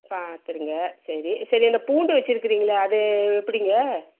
பார்த்துருங்க சரி சரி அந்த பூண்டு வச்சுருக்கிறீங்களே அது எப்படிங்க